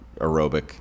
aerobic